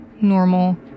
normal